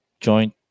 joint